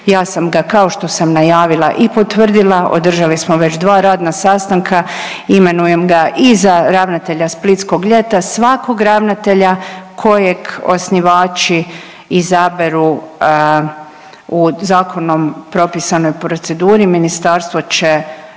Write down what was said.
ja sam kao što sam najavila i potvrdila, održali smo već dva radna sastanka imenujem ga i za ravnatelja Splitskog ljeta. Svakog ravnatelja kojeg osnivači izaberu u zakonom propisanoj proceduri ministarstvo će